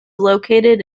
located